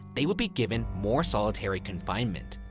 they would be given more solitary confinement,